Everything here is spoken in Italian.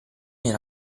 era